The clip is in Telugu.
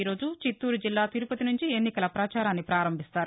ఈరోజు చిత్తూరు జిల్లా తిరుపతి నుంచి ఎన్నికల పచారాన్ని పారంభిస్తారు